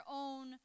own